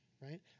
right